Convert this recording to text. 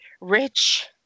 Rich